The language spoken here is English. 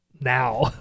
now